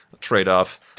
trade-off